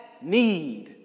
need